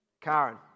Karen